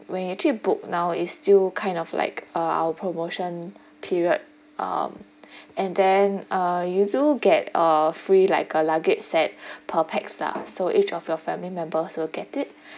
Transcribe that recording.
when you actually book now it's still kind of like uh our promotion period um and then uh you do get uh free like uh luggage set per pax lah so each of your family members will get it